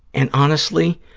and honestly,